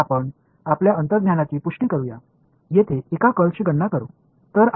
तर आपण आपल्या अंतर्ज्ञानाची पुष्टी करूया येथे एका कर्लची गणना करू